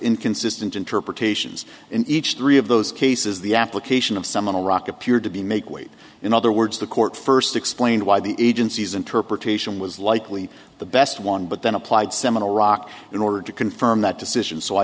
inconsistent interpretations in each three of those cases the application of seminal rock appeared to be make weight in other words the court first explained why the agency's interpretation was likely the best one but then applied seminal rock in order to confirm that decision so i